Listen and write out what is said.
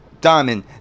Diamond